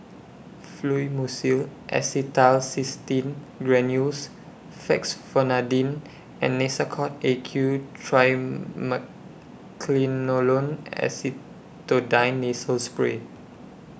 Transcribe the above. Fluimucil Acetylcysteine Granules Fexofenadine and Nasacort A Q Acetonide Nasal Spray